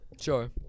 Sure